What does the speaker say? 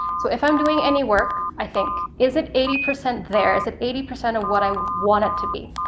so if i'm doing any work i think is it eighty percent there? is it eighty percent of what i want it to be?